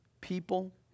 people